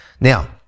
Now